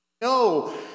No